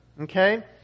Okay